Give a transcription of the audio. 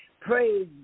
praise